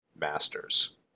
masters